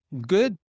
good